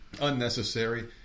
Unnecessary